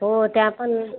हो त्या पण